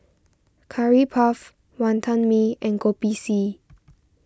Curry Puff Wonton Mee and Kopi C